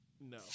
No